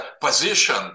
position